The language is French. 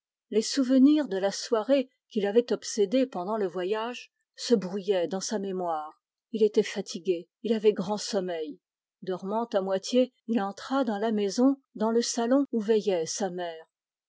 les souvenirs de la soirée qui l'avaient obsédé pendant le voyage se brouillaient dans sa mémoire il était fatigué il avait grand sommeil dormant à moitié il entra dans le salon où veillait sa mère